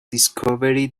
discovery